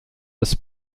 des